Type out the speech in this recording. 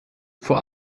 vor